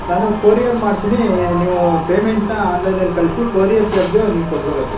ನಾನು ಕೊರಿಯರ್ ಮಾಡ್ತೀನಿ ನೀವು ಪೇಮೆಂಟ್ನ ಆನ್ಲೈನಲ್ಲಿ ಕಳಿಸಿ ಕೊರಿಯರ್ ಚಾರ್ಜು ನೀವು ಕೊಟ್ಕೋಬೇಕು